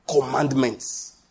commandments